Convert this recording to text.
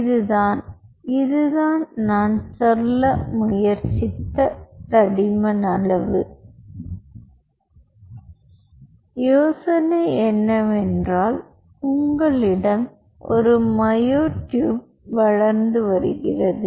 இதுதான் இதுதான் நான் சொல்ல முயற்சித்த தடிமன் யோசனை என்னவென்றால் உங்களிடம் ஒரு மயோட்யூப் வளர்ந்து வருகிறது